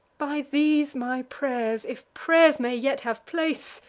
by these my pray'rs, if pray'rs may yet have place,